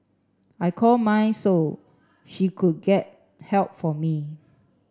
I call my so she could get help for me